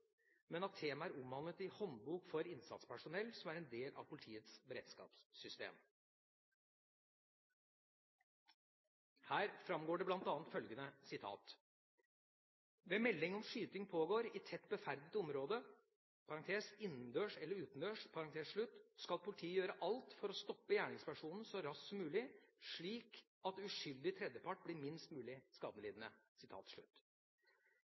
men at temaet er omhandlet i Håndbok for innsatspersonell, som er en del av politiets beredskapssystem. Her framgår det bl.a. følgende: «Ved melding om at skyting pågår i tett beferdet område skal politiet gjøre alt for å stoppe gjerningspersonen så raskt som mulig, slik at uskyldig tredjepart blir minst mulig